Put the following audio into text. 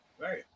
Right